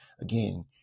again